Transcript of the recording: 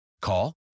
Call